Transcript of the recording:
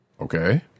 Okay